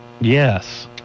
Yes